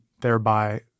thereby